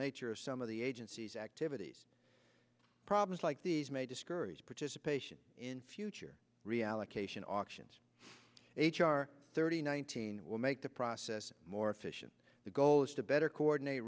nature of some of the agency's activities problems like these may discourage participation in future reallocation auctions h r thirty nine hundred will make the process more efficient the goal is to better coordinate